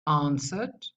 answered